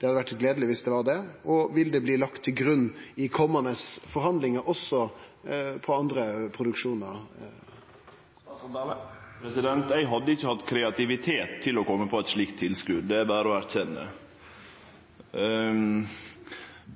Det hadde vore gledeleg viss det var det. Og vil det bli lagt til grunn i komande forhandlingar, også for andre produksjonar? Eg hadde ikkje hatt kreativitet til å kome på eit slikt tilskot. Det er det berre å erkjenne.